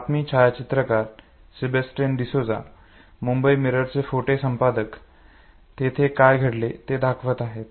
बातमी छायाचित्रकार सेबॅस्टियन डिसोझा मुंबई मिररचे फोटो संपादक तेथे काय घडल ते दाखवत आहेत